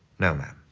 no, ma'am.